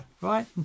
Right